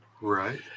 right